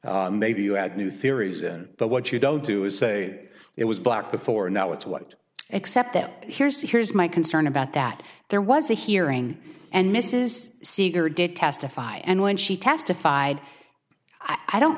maybe you add new theories in what you don't do is say it was black before now it's what except that here's the here's my concern about that there was a hearing and mrs seeger did testify and when she testified i don't